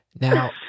Now